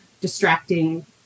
distracting